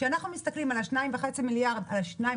כאשר אנחנו מסתכלים על ה-2.2 מיליארד שקל